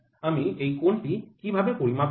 আমি এই কোণটি কীভাবে পরিমাপ করব